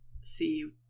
see